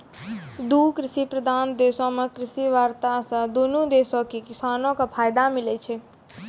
दु कृषि प्रधान देशो मे कृषि वार्ता से दुनू देशो के किसानो के फायदा मिलै छै